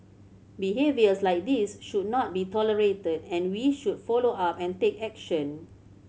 behaviours like this should not be tolerated and we should follow up and take action